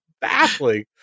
baffling